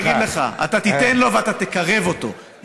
לא, אני אגיד לך, אתה תיתן לו ואתה תקרב אותו.